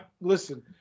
listen